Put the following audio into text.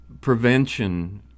prevention